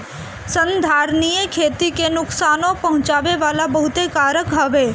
संधारनीय खेती के नुकसानो पहुँचावे वाला बहुते कारक हवे